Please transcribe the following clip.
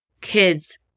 kids